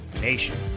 Nation